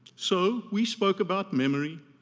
so we spoke about memory,